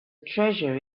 treasure